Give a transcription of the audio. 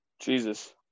Jesus